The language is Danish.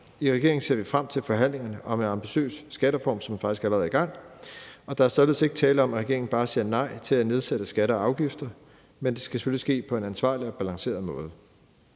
I regeringen ser vi frem til forhandlingerne om en ambitiøs skattereform, som faktisk allerede er i gang. Der er således ikke tale om, at regeringen bare siger nej til at nedsætte skatter og afgifter, men det skal selvfølgelig ske på en ansvarlig og balanceret måde.